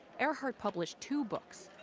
earhart published two books,